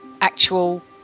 actual